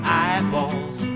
eyeballs